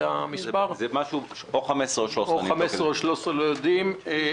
זה או 15 או 13 מיליארד כרגע, אבדוק את זה.